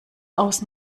aus